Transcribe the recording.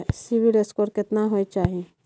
CIBIL score केतना होय चाही?